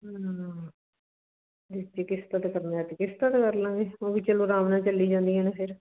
ਜੇ ਅਸੀਂ ਕਿਸ਼ਤਾਂ 'ਤੇ ਕਰਨਾ ਹੋਇਆ ਤਾਂ ਕਿਸ਼ਤਾਂ 'ਤੇ ਕਰ ਲਾਂਗੇ ਉਹ ਵੀ ਚਲੋ ਆਰਾਮ ਨਾਲ ਚੱਲੀਆਂ ਜਾਂਦੀਆਂ ਨੇ ਫਿਰ